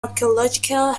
archaeological